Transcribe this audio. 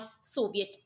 Soviet